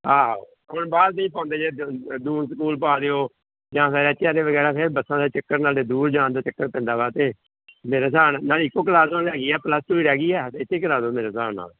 ਆਹ ਹੁਣ ਬਾਹਰ ਨਹੀਂ ਪਾਉਂਦੇ ਜੇ ਦੂਨ ਸਕੂਲ ਪਾ ਦਿਓ ਜਾਂ ਫਿਰ ਐੱਚ ਆਰ ਏ ਵਗੈਰਾ ਫਿਰ ਬੱਸਾਂ ਦੇ ਚੱਕਰ ਨਾਲ ਦੂਰ ਜਾਣ ਦਾ ਚੱਕਰ ਪੈਂਦਾ ਵਾ ਤਾਂ ਮੇਰੇ ਹਿਸਾਬ ਨਾਲ ਇੱਕੋ ਕਲਾਸ ਰਹਿ ਗਈ ਆ ਪਲੱਸ ਟੂ ਹੀ ਰਹਿ ਗਈ ਆ ਇੱਥੇ ਕਰਾ ਦਿਓ ਮੇਰੇ ਹਿਸਾਬ ਨਾਲ